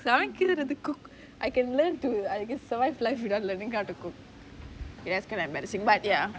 சமைக்கிறதுக்கு:samaikirathuku don't need cook I can learn to I just survive life without learning how to cook yes it's embarassing but ya